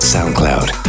SoundCloud